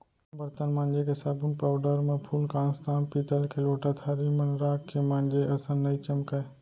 बरतन मांजे के साबुन पाउडर म फूलकांस, ताम पीतल के लोटा थारी मन राख के मांजे असन नइ चमकय